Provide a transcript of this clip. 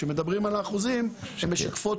כשמדברים על האחוזים שמשקפים